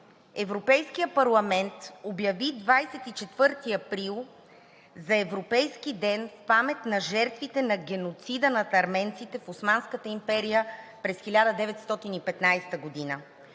Европейският парламент обяви 24 април за Европейски ден в памет на жертвите на геноцида над арменците в Османската империя през 1915 г.